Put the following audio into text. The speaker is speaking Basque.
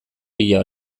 bila